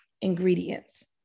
ingredients